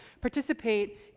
participate